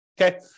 okay